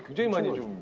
gym regularly?